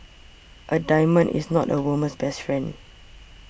a diamond is not a woman's best friend